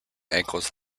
ankles